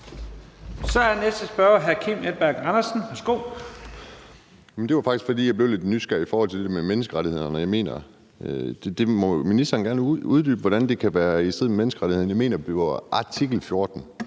Andersen. Værsgo. Kl. 21:18 Kim Edberg Andersen (NB): Det var faktisk, fordi jeg blev lidt nysgerrig i forhold til det der med menneskerettighederne. Ministeren må gerne uddybe, hvordan det kan være i strid med menneskerettighederne. Jeg mener, at det var artikel 14,